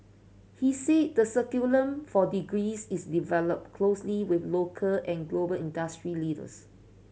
he said the curriculum for degrees is developed closely with local and global industry leaders